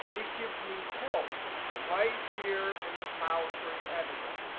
it gives me help right here in the power query editor.